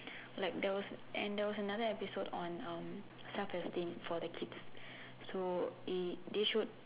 like there was and there was another episode on um self esteem for the kids so it they showed